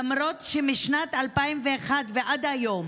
למרות שמשנת 2001 ועד היום